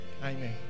Amen